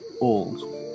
old